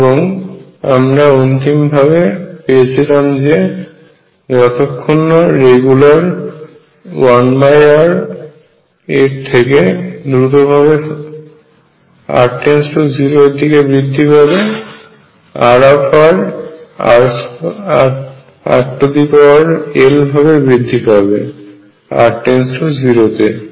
এবং আমরা অন্তিম ভাবে পেয়েছিলাম যে এক্ষেত্রে রেগুলার 1r এর থেকে দ্রুত ভাবে r 0 এর দিকে বৃদ্ধি পেতে থাকলে R rl ভাবে বৃদ্ধি হয়r →0 তে